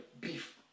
beef